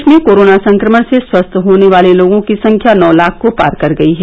देश में कोरोना संक्रमण से स्वस्थ लोगों की संख्या नौ लाख को पार कर गई है